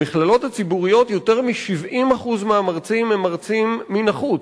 במכללות הציבוריות יותר מ-70% מהמרצים הם מרצים מן החוץ.